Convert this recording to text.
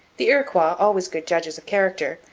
the iroquois, always good judges of character,